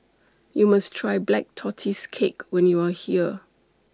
YOU must Try Black Tortoise Cake when YOU Are here